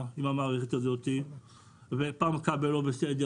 עם המערכת הזאת ופעם אחת זה לא בסדר,